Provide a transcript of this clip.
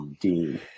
Dean